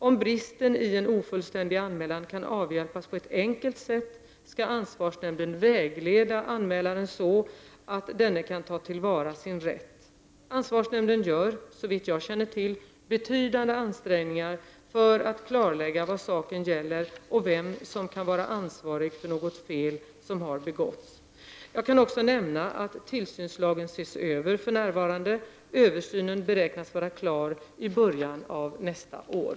Om bristen i en ofullständig anmälan kan avhjälpas på ett enkelt sätt skall ansvarsnämnden vägleda anmälaren, så att denne kan ta till vara sin rätt. Ansvarsnämnden gör, såvitt jag känner till, betydande ansträngningar för att klarlägga vad saken gäller och vem som kan vara ansvarig för något fel som har begåtts. Jag kan också nämna att tillsynslagen ses över för närvarande. Översynen beräknas vara klar i början av nästa år.